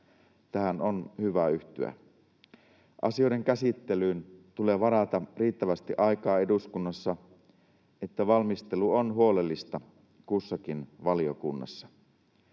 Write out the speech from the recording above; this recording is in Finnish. tähän on hyvä yhtyä. Asioiden käsittelyyn tulee varata riittävästi aikaa eduskunnassa, että valmistelu on huolellista kussakin valiokunnassa.